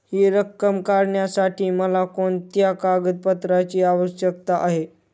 हि रक्कम काढण्यासाठी मला कोणत्या कागदपत्रांची आवश्यकता आहे?